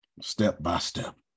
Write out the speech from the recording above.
step-by-step